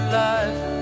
life